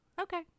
okay